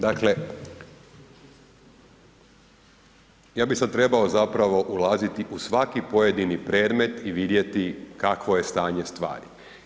Dakle, ja bi sad trebao zapravo ulaziti u svaki pojedini predmet i vidjeti kakvo je stanje stvari.